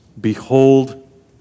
Behold